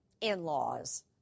in-laws